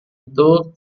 itu